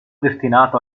destinato